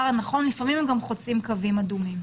הנכון אבל לפעמים גם חוצה קווים אדומים.